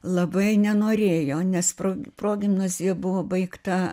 labai nenorėjo nes progimnazija buvo baigta